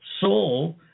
soul